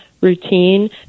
routine